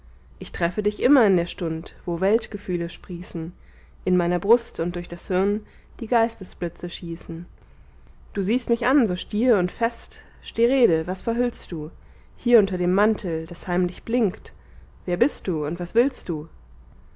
ich treffe dich immer in der stund wo weltgefühle sprießen in meiner brust und durch das hirn die geistesblitze schießen du siehst mich an so stier und fest steh rede was verhüllst du hier unter dem mantel das heimlich blinkt wer bist du und was willst du